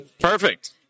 Perfect